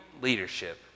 leadership